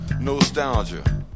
nostalgia